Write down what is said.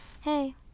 Hey